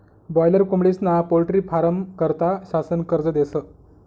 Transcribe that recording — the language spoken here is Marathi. बाॅयलर कोंबडीस्ना पोल्ट्री फारमं करता शासन कर्ज देस